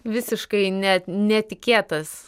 visiškai net netikėtas